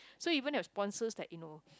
so even have sponsors like you know